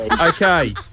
Okay